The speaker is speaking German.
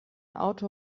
auto